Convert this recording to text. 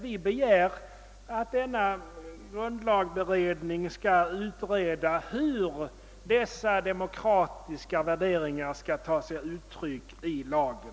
Vi menar att grundlagberedningen skall utreda hur dessa demokratiska värderingar skall ta sig uttryck i lagen.